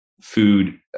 food